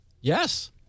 Yes